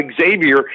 Xavier